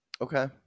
Okay